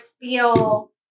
feel